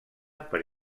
per